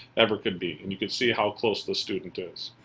ever could be. and you can see how close the student is